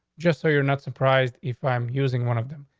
just so you're not surprised if i'm using one of them.